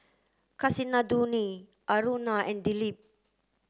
Kasinadhuni Aruna and Dilip